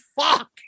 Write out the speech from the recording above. fuck